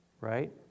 right